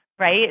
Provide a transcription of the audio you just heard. Right